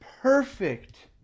perfect